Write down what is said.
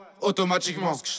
automatiquement